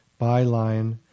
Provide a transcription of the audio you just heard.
byline